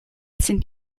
sind